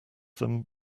them